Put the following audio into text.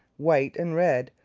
white and red,